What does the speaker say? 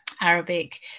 arabic